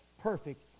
perfect